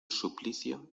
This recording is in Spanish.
suplicio